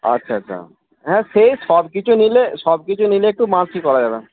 আচ্ছা আচ্ছা হ্যাঁ সে সব কিছু নিলে সব কিছু নিলে একটু মার্সি করা যাবে